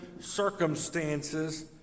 circumstances